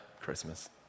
Christmas